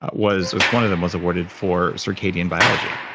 but was was one of the most awarded for circadian biology,